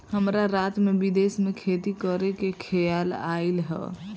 हमरा रात में विदेश में खेती करे के खेआल आइल ह